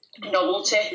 novelty